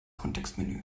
kontextmenü